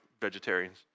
vegetarians